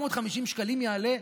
450 מיליון